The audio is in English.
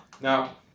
Now